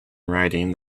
writing